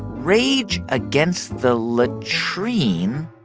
rage against the latrine.